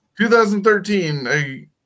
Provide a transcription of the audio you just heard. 2013